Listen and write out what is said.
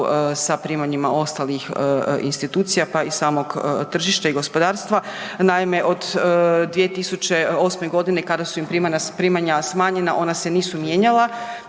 sa primanjima ostalih institucija pa i samog tržišta i gospodarstva. Naime, od 2008. godine kada su im primanja smanjena ona se nisu mijenjala,